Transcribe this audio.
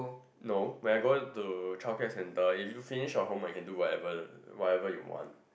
no when I go to child care center if you finish your homework you can do whatever whatever you want